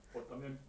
我的 ma'am